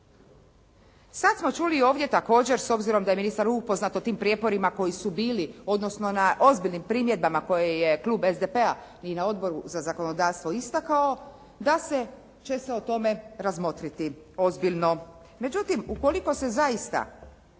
Sad smo čuli ovdje također, s obzirom da je ministar upoznat o tim prijeporima koji su bili, odnosno na ozbiljnim primjedbama koje je klub SDP-a i na Odboru za zakonodavstvo istakao da će se o tome razmotriti ozbiljno. Međutim, ukoliko se zaista